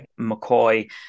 mccoy